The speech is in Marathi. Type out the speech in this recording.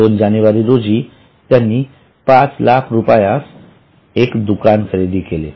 २ जानेवारी रोजी त्यांनी ५००००० रुपयास दुकान खरेदी केले